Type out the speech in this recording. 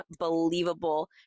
unbelievable